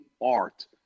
art